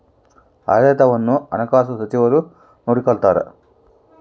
ಆಡಳಿತವನ್ನು ಹಣಕಾಸು ಸಚಿವರು ನೋಡಿಕೊಳ್ತಾರ